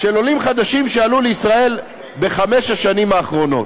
"ושל עולים חדשים שעלו לישראל בחמש השנים" האחרונות.